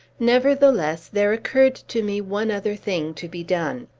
nevertheless, there occurred to me one other thing to be done.